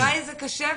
לפוליטיקאי זה קשה,